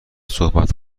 صحبت